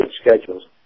schedules